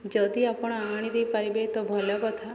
ଯଦି ଆପଣ ଆଣି ଦେଇପାରିବେ ତ ଭଲ କଥା